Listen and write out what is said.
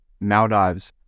Maldives